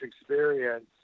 experience